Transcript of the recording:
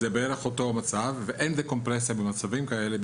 אין דקומפרסיה במצבים כאלה,